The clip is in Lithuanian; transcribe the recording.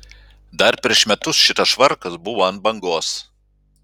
dar prieš metus šitas švarkas buvo ant bangos